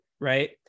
Right